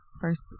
first